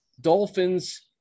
Dolphins